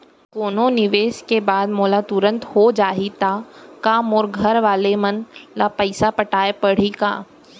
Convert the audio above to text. कोनो निवेश के बाद मोला तुरंत हो जाही ता का मोर घरवाले मन ला पइसा पटाय पड़ही का?